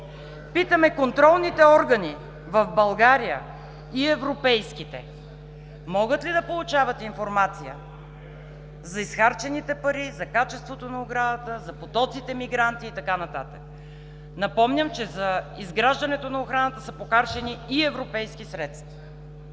Питаме: контролните органи в България и европейските могат ли да получават информация за изхарчените пари, за качеството на оградата, за потоците мигранти и така нататък? Напомням, че за изграждането на оградата са похарчени и европейски средства.